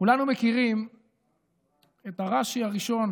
כולנו מכירים את הרש"י הראשון